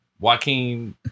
Joaquin